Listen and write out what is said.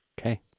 Okay